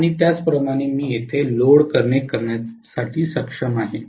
आणि त्याचप्रमाणे मी येथे लोड कनेक्ट करण्यास सक्षम आहे